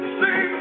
see